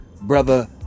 Brother